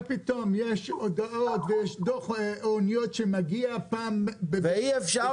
מה פתאום?! יש הודעות ויש דוח אוניות --- ואי אפשר